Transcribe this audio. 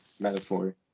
metaphor